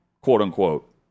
quote-unquote